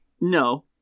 No